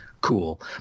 cool